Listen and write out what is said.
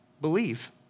believe